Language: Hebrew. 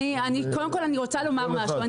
אני רוצה לומר משהו,